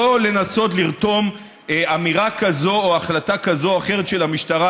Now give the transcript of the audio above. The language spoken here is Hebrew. ולא לנסות לרתום אמירה כזאת או החלטה כזאת או אחרת של המשטרה,